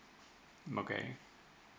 okay